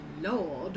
lord